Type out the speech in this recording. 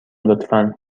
لطفا